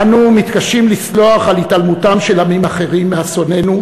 אנו מתקשים לסלוח על התעלמותם של עמים אחרים מאסוננו,